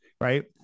right